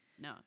No